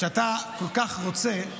שאתה כל כך רוצה,